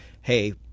hey